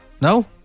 No